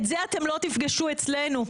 את זה אתם לא תפגשו אצלנו.